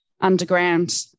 underground